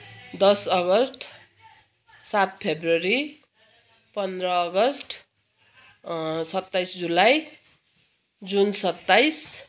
दस अगस्ट सात फब्रुअरी पन्ध्र अगस्ट सत्ताइस जुलाई जुन सत्ताइस